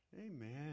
Amen